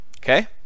Okay